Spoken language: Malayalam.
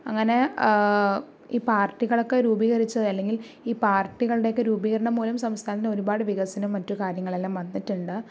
അങ്ങനെ ഈ പാർട്ടികളൊക്കെ രൂപീകരിച്ചത് അല്ലെങ്കിൽ ഈ പാർട്ടികളുടെ ഒക്കെ രൂപീകരണം മൂലം സംസ്ഥാനത്തിന് ഒരുപാട് വികസനവും മറ്റു കാര്യങ്ങളെല്ലാം വന്നിട്ടുണ്ട്